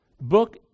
Book